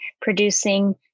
producing